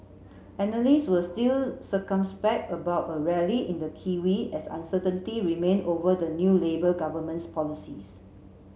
analysts were still circumspect about a rally in the kiwi as uncertainty remained over the new Labour government's policies